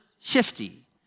shifty